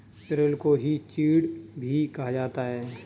पिरुल को ही चीड़ भी कहा जाता है